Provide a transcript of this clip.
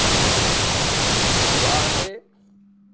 Guwahati